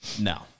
No